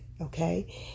Okay